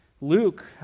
Luke